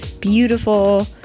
beautiful